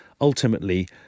ultimately